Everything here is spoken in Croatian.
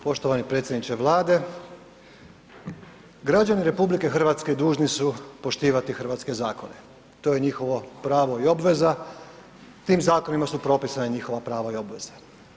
Poštovani predsjedniče Vlade, građani RH dužni su poštivati hrvatske zakone, to je njihovo pravo i obveza, tim zakonima su propisna njihova prava i obveze.